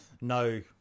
no